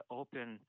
open